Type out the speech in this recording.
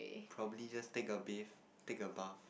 probably just take a bathe take a bath